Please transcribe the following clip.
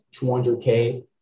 200K